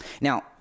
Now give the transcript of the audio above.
Now